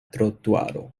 trotuaro